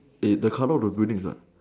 eh the colour of the building is what